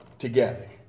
together